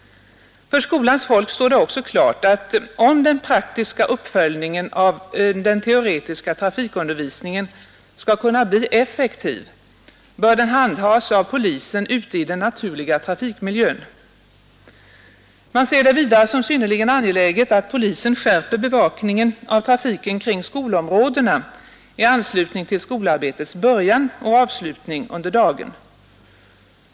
För skolans folk står det också klart att om den praktiska uppföljningen av den teoretiska trafikundervisningen skall kunna bli effektiv bör den handhas av polisen ute i den naturliga trafikmiljön. Man ser det vidare som synnerligen angeläget att polisen skärper bevakningen av trafiken kring skolområdena i anslutning till skolarbetets början och avslutning under dagen.